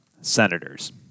Senators